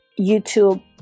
YouTube